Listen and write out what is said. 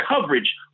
coverage